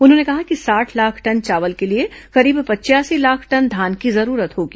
उन्होंने कहा कि साठ लाख टन चावल के लिए करीब पचासी लाख टन धान की जरूरत होगी